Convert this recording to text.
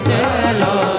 Hello